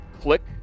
click